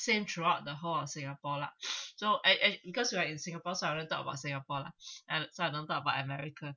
seen throughout the whole of singapore lah so I I because we are in singapore so I only talk about singapore lah and so I don't talk about america